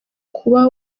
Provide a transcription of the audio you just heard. kuba